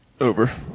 Over